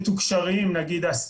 מנסור, מתי תהיה ההזדמנות לשאול אותו?